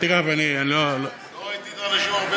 לא ראיתי את, הרבה זמן.